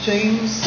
James